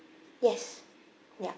yes ya